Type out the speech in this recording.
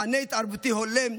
מענה התערבותי הולם,